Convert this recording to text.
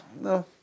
No